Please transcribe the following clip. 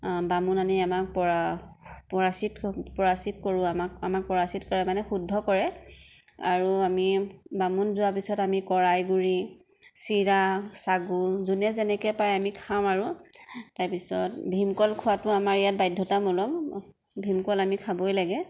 বামুণ আনি আমাক পৰা পৰাচিত পৰাচিত কৰোঁ আমাক আমাক পৰাচিত কৰে মানে শুদ্ধ কৰে আৰু আমি বামুণ যোৱা পিছত আমি কৰাই গুৰি চিৰা চাগু যিয়ে যেনেকে পাৰে আমি খাওঁ আৰু তাৰ পিছত ভীমকল খোৱাতো আমাৰ ইয়াত বাধ্য়তামূলক ভীমকল আমি খাবই লাগে